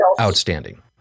outstanding